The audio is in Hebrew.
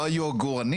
לא היו עגורנים?